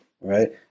right